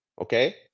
okay